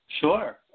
Sure